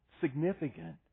significant